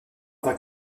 leurs